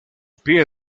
pie